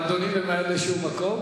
אדוני ממהר לאיזה מקום?